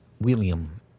William